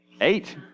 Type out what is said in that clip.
eight